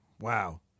wow